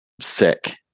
sick